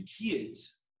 kids